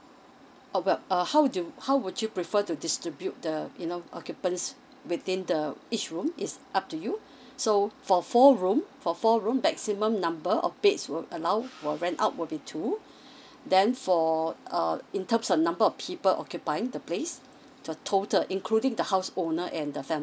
err well err how do how would you prefer to distribute the you know occupants within the each room is up to you so for four room for four room maximum number of beds would allow would rent out would be two then for err in terms of number of people occupying the place the total including the house owner and the family